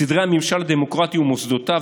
סדרי המשטר הדמוקרטי ומוסדותיו,